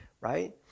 right